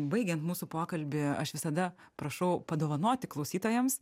baigian mūsų pokalbį aš visada prašau padovanoti klausytojams